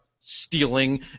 stealing